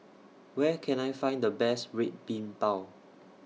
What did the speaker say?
Where Can I Find The Best Red Bean Bao